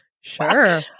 Sure